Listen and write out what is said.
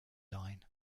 line